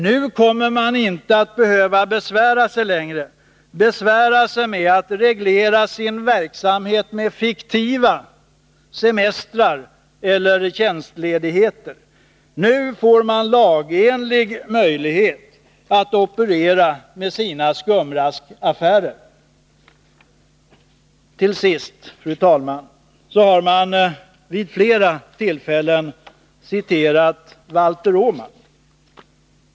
Nu kommer man inte längre att behöva besvära sig med att reglera sin verksamhet med fiktiva semestrar eller tjänstledigheter. Nu får man lagenlig möjlighet att operera med sina skumraskaffärer. Till sist, fru talman! Man har vid flera tillfällen citerat Valter Åman.